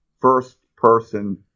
first-person